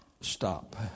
stop